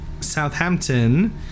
Southampton